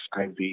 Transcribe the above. IV